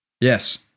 Yes